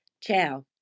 ciao